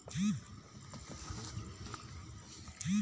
internet banking क मतलब दूसरे बैंक में खाताधारक क पैसा भेजना हउवे